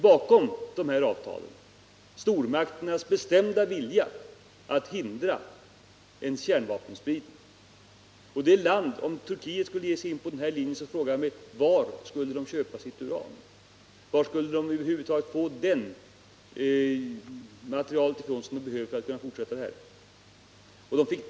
Bakom de här avtalen finns stormakternas bestämda vilja att hindra kärnvapenspridning. Jag måste ställa frågan: Var skulle Turkiet köpa sitt uran, om man skulle ge sig in på den här linjen? Var skulle man över huvud taget få det material som skulle behövas för att fortsätta en sådan verksamhet?